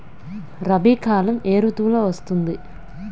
రబీ కాలం ఏ ఋతువులో వస్తుంది?